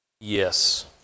Yes